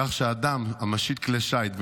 כך שאדם המשיט כלי שיט,